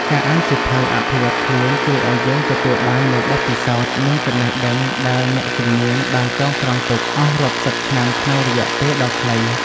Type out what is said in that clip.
ការអានសៀវភៅអភិវឌ្ឍខ្លួនជួយឱ្យយើងទទួលបាននូវបទពិសោធន៍ និងចំណេះដឹងដែលអ្នកជំនាញបានចងក្រងទុកអស់រាប់សិបឆ្នាំក្នុងរយៈពេលដ៏ខ្លី។